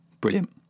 brilliant